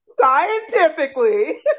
Scientifically